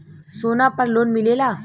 सोना पर लोन मिलेला?